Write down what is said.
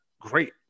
great